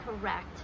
correct